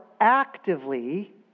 actively